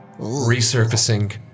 resurfacing